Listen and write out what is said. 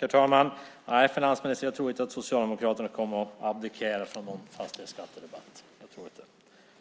Herr talman! Nej, finansministern, jag tror inte att Socialdemokraterna kommer att abdikera från någon fastighetsskattedebatt. Jag